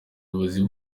ubuyobozi